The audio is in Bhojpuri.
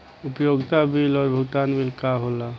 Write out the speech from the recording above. उपयोगिता बिल और भुगतान बिल का होला?